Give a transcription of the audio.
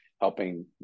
helping